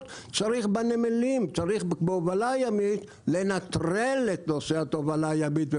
צריך בהובלה ימית לנטרל את נושא התובלה הימית,